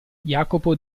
jacopo